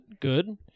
good